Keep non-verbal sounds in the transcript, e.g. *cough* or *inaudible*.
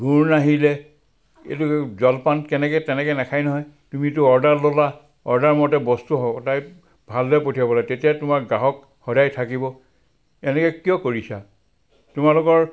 গুুৰ নাহিলে এইটো জলপান কেনেকৈ তেনেকৈ নাখাই নহয় তুমিতো অৰ্ডাৰ ল'লা অৰ্ডাৰমতে বস্তু হ'ব *unintelligible* ভালদৰে পঠিয়াব লাগে তেতিয়া তোমাৰ গ্ৰাহক সদায় থাকিব এনেকৈ কিয় কৰিছা তোমালোকৰ